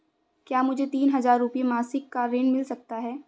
क्या मुझे तीन हज़ार रूपये मासिक का ऋण मिल सकता है?